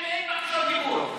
בקריאה שנייה אין בקשות דיבור.